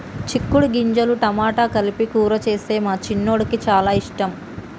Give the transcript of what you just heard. చిక్కుడు గింజలు టమాటా కలిపి కూర చేస్తే మా చిన్నోడికి చాల ఇష్టం